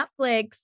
Netflix